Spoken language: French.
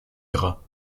gras